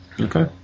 Okay